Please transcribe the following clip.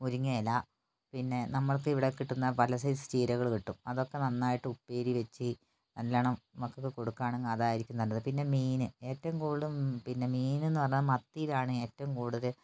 മുരിങ്ങയില പിന്നെ നമ്മൾക്കിവിടെ കിട്ടുന്ന പല സൈസ് ചീരകൾ കിട്ടും അതൊക്കെ നന്നായിട്ട് ഉപ്പേരി വച്ച് നല്ലോണം മക്കൾക്ക് കൊടുക്കുകയാണെങ്കിൽ അതായിരിക്കും നല്ലത് പിന്നെ മീൻ ഏറ്റവും കൂടുതലും പിന്നെ മീൻ എന്നു പറഞ്ഞാൽ മത്തിയിലാണ് ഏറ്റവും കൂടുതൽ